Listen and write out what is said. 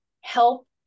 help